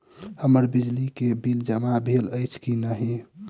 हम्मर बिजली कऽ बिल जमा भेल अछि की नहि?